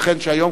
ייתכן שהיום,